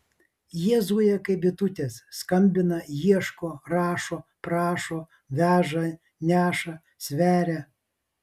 jie zuja kaip bitutės skambina ieško rašo prašo veža neša sveria